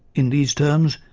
in these terms,